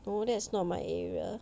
no that's not my area